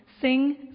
sing